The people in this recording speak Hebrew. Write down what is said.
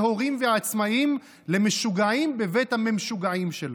הורים ועצמאים למשוגעים בבית המשוגעים שלו.